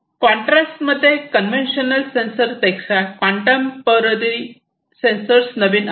contrast मध्ये conventional sensors पेक्षा contemporary sensors नवीन आहेत